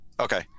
Okay